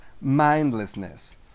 mindlessness